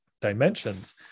dimensions